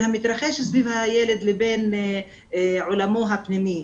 המתרחש סביב הילד לבין עולמו הפנימי.